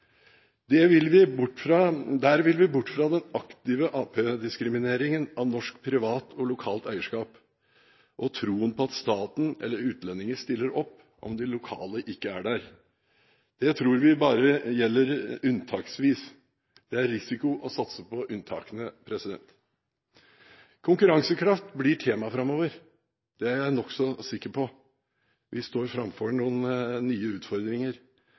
Der vil vi bort fra den aktive arbeiderpartidiskrimineringen av norsk privat og lokalt eierskap og troen på at staten eller utlendinger stiller opp om de lokale ikke er der. Det tror vi bare gjelder unntaksvis. Det er risiko å satse på unntakene. Konkurransekraft blir tema framover. Det er jeg nokså sikker på. Vi står framfor noen nye utfordringer.